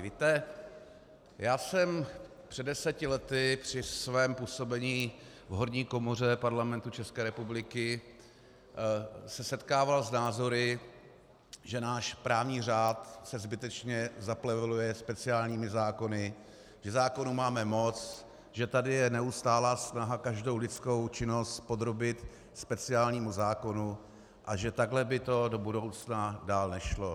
Víte, já jsem před deseti lety při svém působení v horní komoře Parlamentu České republiky se setkával s názory, že náš právní řád se zbytečně zapleveluje speciálními zákony, že zákonů máme moc, že tady je neustálá snaha každou lidskou činnost podrobit speciálnímu zákonu a že takto by to do budoucna dál nešlo.